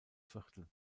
viertel